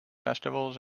festivals